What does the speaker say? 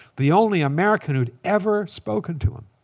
the only american who'd ever spoken to him